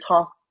talk